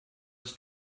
its